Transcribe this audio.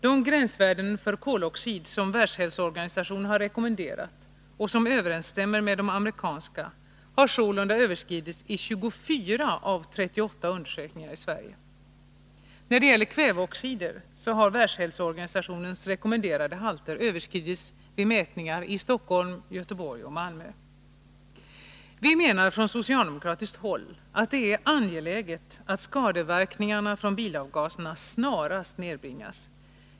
De gränsvärden för koloxid som Världshälsoorganisationen har rekommenderat och som överensstämmer med de amerikanska har sålunda överskridits i 24 av 38 undersökningar i Sverige. När det gäller kväveoxider har Världshälsoorganisationens rekommenderade halter överskridits vid mätningar i Stockholm, Göteborg och Malmö. Vi menar från socialdemokratiskt håll att det är angeläget att skadeverkningarna från bilavgaserna snarast nedbringas.